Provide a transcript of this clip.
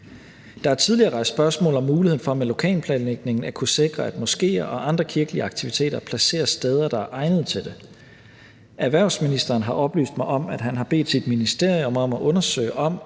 Der er tidligere rejst spørgsmål om muligheden for med lokalplanlægningen at kunne sikre, at moskéer og andre kirkelige aktiviteter placeres steder, der er egnede til det. Erhvervsministeren har oplyst mig om, at han har bedt sit ministerium om at undersøge, om